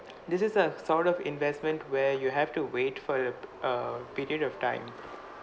this is a sort of investment where you have to wait for a err period of time